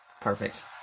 Perfect